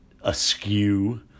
askew